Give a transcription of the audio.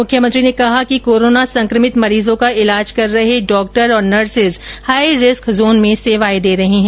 मुख्यमंत्री ने कहा कि कोरोना संक्रमित मरीजों का इलाज कर रहे डॉक्टर और नर्सेज हाई रिस्क जोन में सेवाएं र्दे रहे हैं